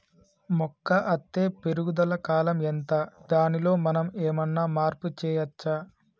మొక్క అత్తే పెరుగుదల కాలం ఎంత దానిలో మనం ఏమన్నా మార్పు చేయచ్చా?